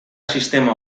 sistema